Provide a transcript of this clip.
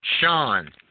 Sean